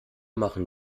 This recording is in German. machen